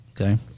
Okay